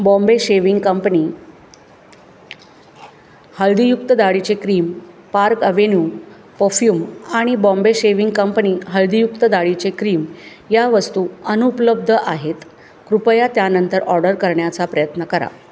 Bombay shaving company हळदीयुक्त दाढीचे cream Park Avenue perfume आणि बॉम्बे शेविंग कंपनी हळदीयुक्त दाढीचे क्रीम या वस्तू अनुपलब्ध आहेत कृपया त्यानंतर ऑर्डर करण्याचा प्रयत्न करा